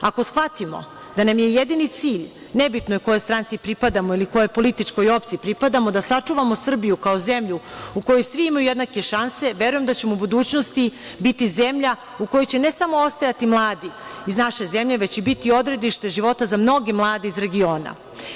Ako shvatimo da nam je jedini cilj, nebitno je kojoj stranci pripadamo ili kojoj političkoj opciji pripadamo, da sačuvamo Srbiju kao zemlju u kojoj svi imaju jednake šanse, verujem da ćemo u budućnosti biti zemlja u kojoj će ne samo ostajati mladi iz naše zemlje, već će biti odredište života za mnoge mlade iz regiona.